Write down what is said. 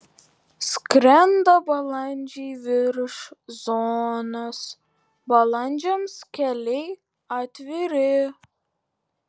skrenda balandžiai virš zonos balandžiams keliai atviri